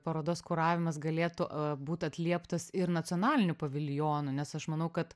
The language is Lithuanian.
parodos kuravimas galėtų būt atlieptas ir nacionalinių paviljonų nes aš manau kad